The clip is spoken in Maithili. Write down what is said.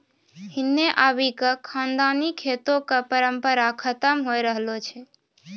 हिन्ने आबि क खानदानी खेतो कॅ परम्परा खतम होय रहलो छै